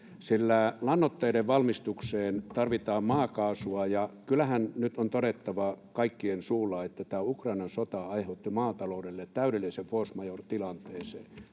sillä lannoitteiden valmistukseen tarvitaan maakaasua, ja kyllähän nyt on todettava kaikkien suulla, että tämä Ukrainan sota aiheutti maataloudelle täydellisen force majeure ‑tilanteen.